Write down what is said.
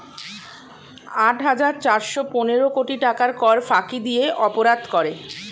আট হাজার চারশ পনেরো কোটি টাকার কর ফাঁকি দিয়ে অপরাধ করে